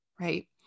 right